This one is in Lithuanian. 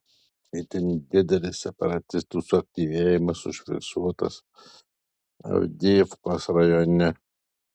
itin didelis separatistų suaktyvėjimas užfiksuotas avdijivkos rajone